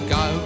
go